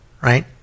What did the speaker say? Right